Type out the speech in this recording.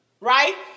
right